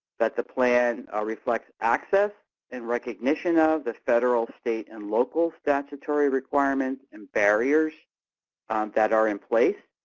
that the plan reflects access and recognition of the federal, state, and local statutory requirements and barriers that are in place.